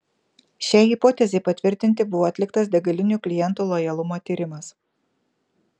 šiai hipotezei patvirtinti buvo atliktas degalinių klientų lojalumo tyrimas